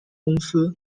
公司